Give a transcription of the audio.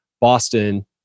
Boston